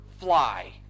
fly